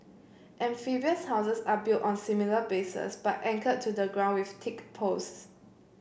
amphibious houses are built on similar bases but anchored to the ground with thick posts